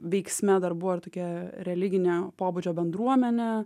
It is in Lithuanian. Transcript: veiksme dar buvo ir tokia religinio pobūdžio bendruomenė